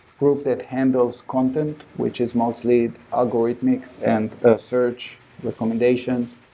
group that handles content, which is mostly algorithmics and search recommendations.